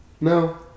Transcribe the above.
No